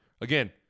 Again